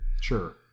Sure